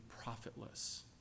profitless